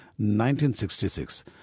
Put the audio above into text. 1966